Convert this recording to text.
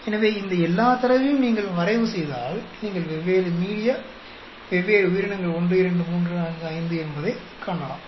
எனவே இந்த எல்லா தரவையும் நீங்கள் வரைவு செய்தால் நீங்கள் வெவ்வேறு மீடியா வெவ்வேறு உயிரினங்கள் 1 2 3 4 5 என்பதைக் காணலாம்